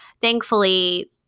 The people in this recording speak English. thankfully